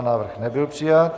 Návrh nebyl přijat.